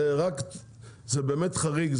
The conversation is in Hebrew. זה באמת חריג.